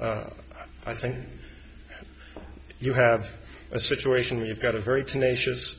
i think you have a situation where you've got a very tenacious